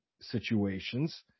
situations